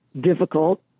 difficult